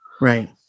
Right